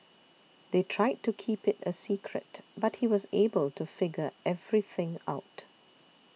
they tried to keep it a secret but he was able to figure everything out